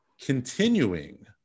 continuing